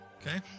Okay